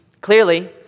Clearly